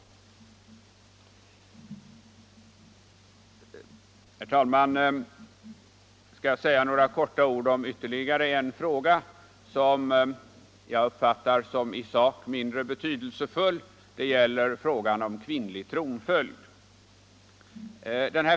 Herr talman! Jag skall även säga några ord om ytterligare en fråga, som jag uppfattar som i sak mindre betydelsefull. Det gäller kvinnlig — Nr 7 tronföljd.